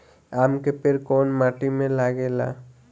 आम के पेड़ कोउन माटी में लागे ला?